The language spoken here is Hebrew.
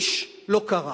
איש, לא קרא.